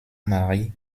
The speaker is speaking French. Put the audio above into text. mari